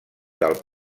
del